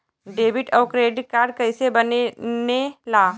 Debit और credit card कईसे बने ने ला?